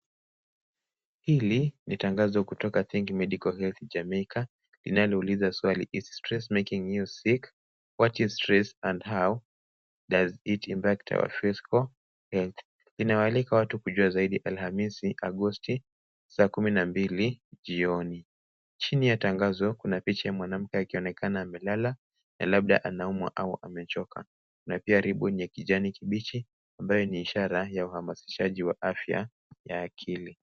Hili ni tangazo kutoka think medical health jamaica linalouliza swali is stress making you sick? what is stress and how does it infect our physical health inawaalika watu kujua zaidi alhamisi agosti saa kumi na mbili jioni. Chini ya tangazo kuna picha ya mwanamke akionekana amelala na labda anaumwa au amechoka. Na pia lebo yenye kijani kibichi ambayo ni ishara ya uhamasishaji wa afya ya akili.